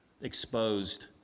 exposed